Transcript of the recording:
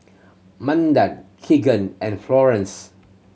Manda Keagan and Florence